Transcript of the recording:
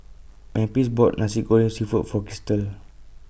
Memphis bought Nasi Goreng Seafood For Krystle